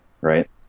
right